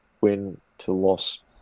win-to-loss